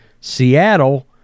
Seattle